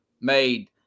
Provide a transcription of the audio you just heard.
made